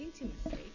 intimacy